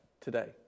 today